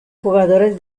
jugadores